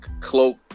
cloak